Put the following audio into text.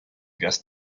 guest